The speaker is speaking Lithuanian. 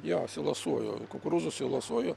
jo silosuoju kukurūzų silosuoju